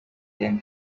than